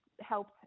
help